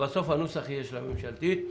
הנוסח יהיה של הממשלתית.